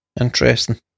Interesting